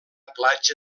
platja